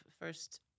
first